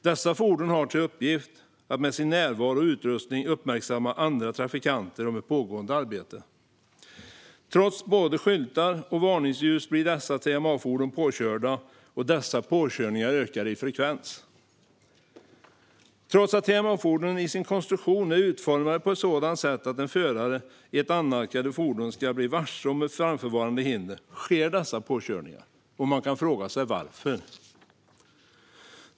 Dessa fordon har till uppgift att med sin närvaro och utrustning uppmärksamma andra trafikanter på ett pågående arbete. Trots både skyltar och varningsljus blir TMA-fordon påkörda, och dessa påkörningar ökar i frekvens. Trots att TMA-fordonen till sin konstruktion är utformade på ett sådant sätt att en förare i ett annalkande fordon ska bli varse om ett framförvarande hinder sker dessa påkörningar, och man kan fråga sig varför.